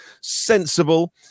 sensible